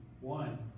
one